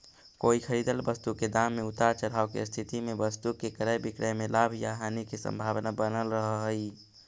कोई खरीदल वस्तु के दाम में उतार चढ़ाव के स्थिति में वस्तु के क्रय विक्रय में लाभ या हानि के संभावना बनल रहऽ हई